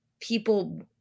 people